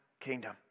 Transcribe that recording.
kingdom